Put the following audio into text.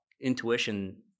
intuition